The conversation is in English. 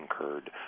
incurred